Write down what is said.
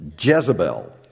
Jezebel